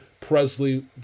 Presley